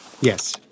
Yes